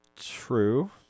True